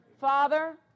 father